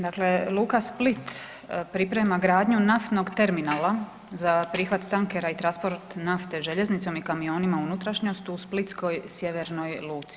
Dakle, luka Split priprema gradnju naftnog terminala za prihvat tankera i transport nafte željeznicom i kamionima u unutrašnjost u splitskoj sjevernoj luci.